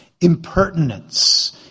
impertinence